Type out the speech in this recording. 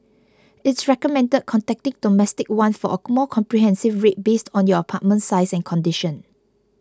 it's recommended contacting Domestic One for a more comprehensive rate based on your apartment size and condition